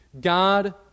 God